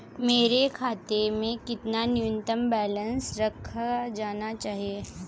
मेरे खाते में कितना न्यूनतम बैलेंस रखा जाना चाहिए?